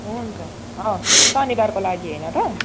हुन्छ हवस् शनिवारको लागि होइन त